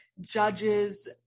judges